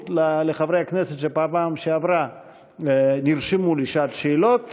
לחברי הכנסת שבפעם שעברה נרשמו לשעת שאלות,